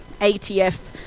ATF